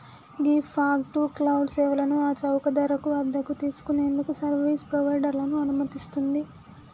ghee fog to cloud సేవలను ఆ చౌక ధరకు అద్దెకు తీసుకు నేందుకు సర్వీస్ ప్రొవైడర్లను అనుమతిస్తుంది